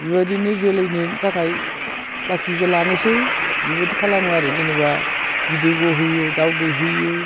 बिबायदिनो जोलैनि थाखाय बाखिखौ लानायसै बेबायदि खालामो आरो जेनोबा बिदै गहोयो दाउ दैहोयो